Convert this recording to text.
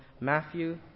Matthew